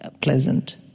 pleasant